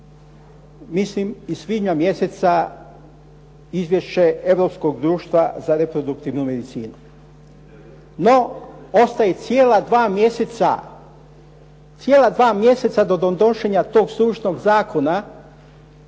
mislim iz svibnja mjeseca izvješća Europskom društva za reproduktivnu medicinu. No, ostaje cijela dva mjeseca do donošenja tog suvišnog zakona,